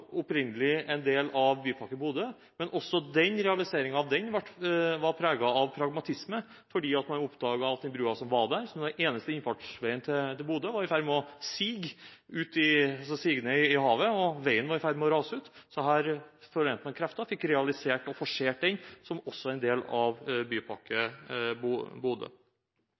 opprinnelig en del av Bypakke Bodø, men også realiseringen av den var preget av pragmatisme, fordi man oppdaget at den broen som var der, og som var den eneste innfartsveien til Bodø, var i ferd med å sige ut i havet, og veien var i ferd med å rase ut. Man forente kreftene og fikk realisert og forsert broen – også som en del av Bypakke Bodø. Bodø